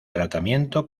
tratamiento